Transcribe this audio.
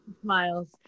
smiles